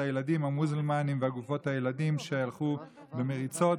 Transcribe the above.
את הילדים המוזלמנים והילדים שהלכו במריצות,